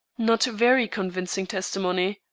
not very convincing testimony,